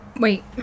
Wait